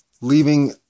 leaving